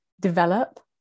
develop